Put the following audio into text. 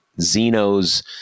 Zeno's